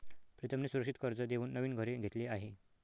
प्रीतमने सुरक्षित कर्ज देऊन नवीन घर घेतले आहे